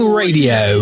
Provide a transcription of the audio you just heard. radio